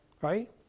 Right